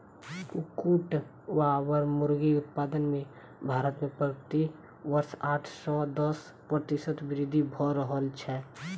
कुक्कुट वा मुर्गी उत्पादन मे भारत मे प्रति वर्ष आठ सॅ दस प्रतिशत वृद्धि भ रहल छै